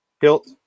hilt